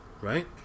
right